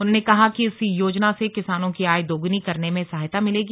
उन्होंने कहा कि इस योजना से किसानों की आय दोगुनी करने में सहायता मिलेगी